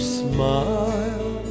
smile